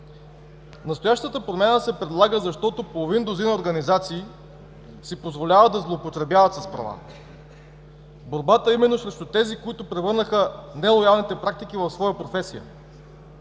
Настоящата промяна се предлага, защото половин дузина организации си позволяват да злоупотребяват с права. Борбата е именно срещу тези, които превърнаха нелоялните практики в своя професия.